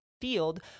field